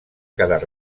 quedar